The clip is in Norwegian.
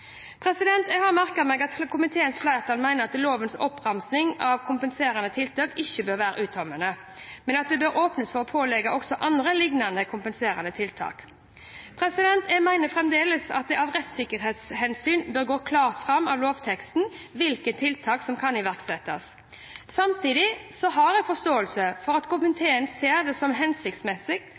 saksbehandling. Jeg har merket meg at komiteens flertall mener at lovens oppramsing av kompenserende tiltak ikke bør være uttømmende, men at det åpnes for å pålegge også «andre lignende kompenserende tiltak». Jeg mener fremdeles at det av rettssikkerhetshensyn bør gå klart fram av lovteksten hvilke tiltak som kan iverksettes. Samtidig har jeg forståelse for at komiteen ser det som hensiktsmessig